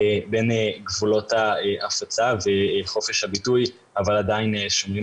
בין גבולות ההפצה וחופש הביטוי אבל עדיין שומרים